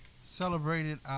celebrated